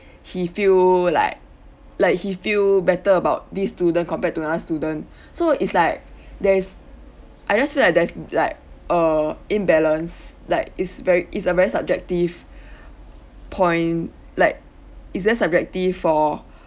he feel like like he feel better about this student compare to another student so it's like there's I just feel like there's like err imbalance like is very is a very subjective point like it's very subjective for